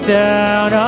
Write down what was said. down